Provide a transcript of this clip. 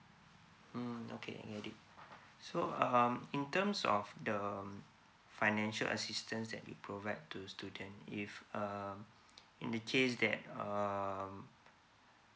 mm okay I get it so um in terms of the um financial assistance that you provide to student if uh in the case that um